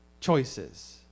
choices